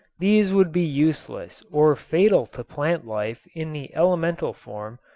these would be useless or fatal to plant life in the elemental form,